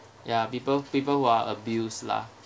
ya people people who are abused lah